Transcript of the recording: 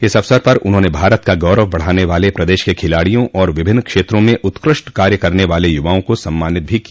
इस अवसर पर उन्होंने भारत का गौरव बढ़ाने वाले प्रदेश के खिलाड़ियों और विभिन्न क्षेत्रों में उत्कृष्ट कार्य करने वाले युवाओं को सम्मानित किया